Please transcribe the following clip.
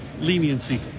leniency